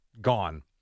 gone